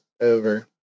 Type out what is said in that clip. over